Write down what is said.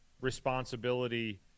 responsibility